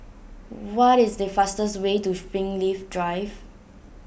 what is the fastest way to Springleaf Drive